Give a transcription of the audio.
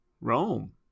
Rome